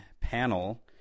panel